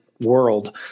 world